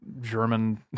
german